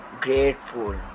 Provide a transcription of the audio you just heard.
grateful